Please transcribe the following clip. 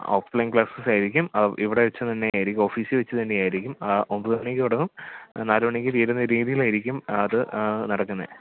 of line ക്ലാസ്സസായിരിക്കും ഇവിടെ വെച്ച് തന്നെ ആയിരിക്കും ഓഫീസിൽ വെച്ച് തെന്നെ ആയിരിക്കും ഒൻപത് മണിക്ക് തുടങ്ങും നാല് മണിക്ക് തീരുന്ന രീതിയിലായിരിക്കും അത് നടക്കുന്നത്